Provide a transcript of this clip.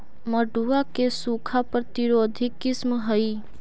मड़ुआ के सूखा प्रतिरोधी किस्म हई?